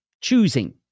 Choosing